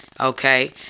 okay